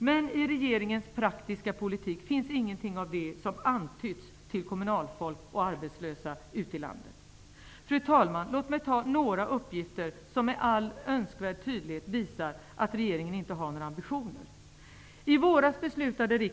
Men i regeringens praktiska politik finns ingenting av det som antytts till kommunalfolk och arbetslösa ute i landet. Fru talman! Låt mig nämna några uppgifter som med all önskvärd tydlighet visar att regeringen inte har några ambitioner.